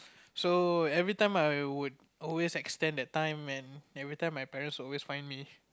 so every time I would always extend that time and every time my parents would always find me